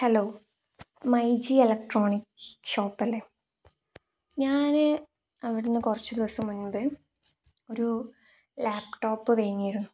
hello myG electronic ഷോപ്പല്ലേ ഞാന് അവിടുന്ന് കുറച്ച് ദിവസം മുമ്പൊരു ലാപ്ടോപ്പ് വാങ്ങിയിരുന്നു